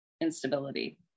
instability